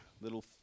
little